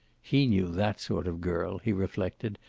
he knew that sort of girl, he reflected,